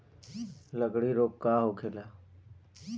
लगड़ी रोग का होखेला?